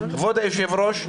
כבוד היושב-ראש,